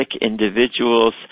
individuals